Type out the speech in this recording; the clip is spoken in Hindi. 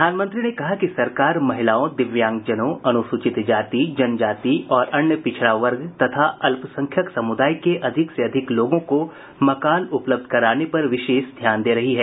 प्रधानमंत्री ने कहा कि सरकार महिलाओं दिव्यांगजनों अनुसूचित जाति जनजाति और अन्य पिछड़ा वर्ग तथा अल्पसंख्यक समुदाय के अधिक से अधिक लोगों को मकान उपलब्ध कराने पर विशेष ध्यान दे रही है